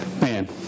Man